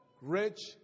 rich